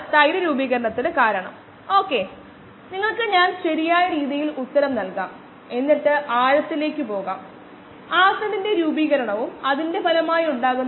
7 minus 20 അതായത് delta s delta t 10 minus 0 ഉം ആണ് അതിനാൽ നമുക്ക് അവിടെയുണ്ട് തുല്യമാണ് ഇത് പ്രവർത്തിക്കുന്നു 17